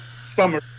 Summer